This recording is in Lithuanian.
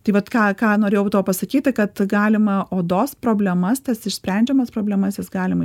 tai vat ką ką norėjau tuo pasakyti kad galima odos problemas tas išsprendžiamas problemas jas galima